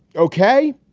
ok.